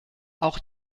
auch